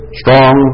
strong